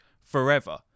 forever